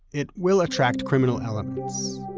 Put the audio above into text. it will attract criminal elements.